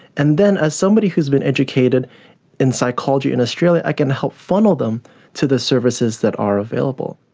and then as somebody who has been educated in psychology in australia, i can help funnel them to the services that are available.